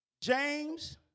James